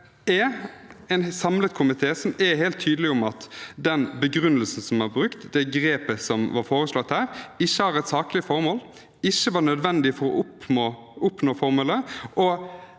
Det er en samlet komité som er helt tydelig på at den begrunnelsen som var brukt, det grepet som var foreslått her, ikke har et saklig formål, ikke var nødvendig for å oppnå formålet